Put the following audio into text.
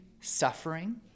suffering